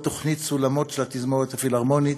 תוכנית "סולמות" של התזמורת הפילהרמונית,